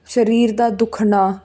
ਸਰੀਰ ਦਾ ਦੁਖਣਾ